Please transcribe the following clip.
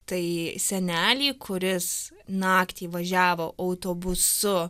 tai senelį kuris naktį važiavo autobusu